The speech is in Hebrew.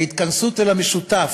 ההתכנסות אל המשותף,